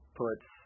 puts